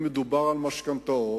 אם מדובר על משכנתאות.